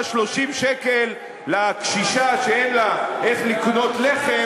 30 שקל לקשישה שאין לה איך לקנות לחם,